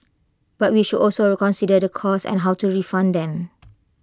but we should also consider the costs and how to refund them